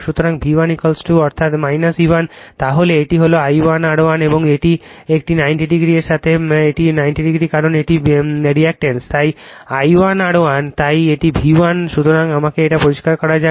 সুতরাং V1 অর্থাৎ E1 তাহলে এটি হল I1 R1 এবং এটি একটি 90 ডিগ্রি এর সাথে এটি 90 ডিগ্রি কারণ এটি বিক্রিয়া তাই I1 R1 তাই এটি V1 সুতরাং আমাকে এটা পরিষ্কার করা যাক